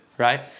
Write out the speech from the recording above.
right